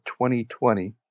2020